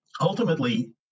Ultimately